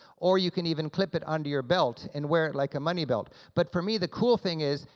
or you can even clip it under your belt and wear it like a money belt. but for me the cool thing is,